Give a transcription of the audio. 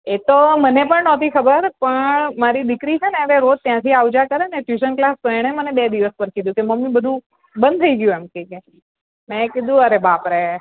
એ તો મને પણ નહોતી ખબર પણ પણ મારી દીકરી છે ને હવે રોજ ત્યાંથી આવ જા કરે ને ટ્યૂશન કલાસ તો એણે મને બે દિવસ પર કીધું કે મમ્મી બધું બંધ થઈ ગયું એમ કહે કે મેં કીધું અરે બાપ રે